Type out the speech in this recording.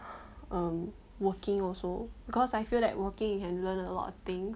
um working also because I feel that working you can learn a lot of thing